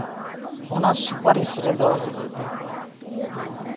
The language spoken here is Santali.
ᱚᱱᱟ ᱥᱩᱯᱟᱨᱤᱥ ᱨᱮᱫᱚ